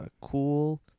cool